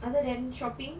other than shopping